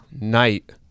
night